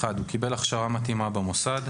(1)הוא קיבל הכשרה מתאימה במוסד,